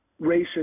racist